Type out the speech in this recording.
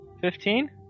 Fifteen